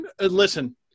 Listen